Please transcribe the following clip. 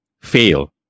fail